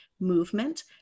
movement